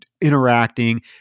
interacting